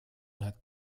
hat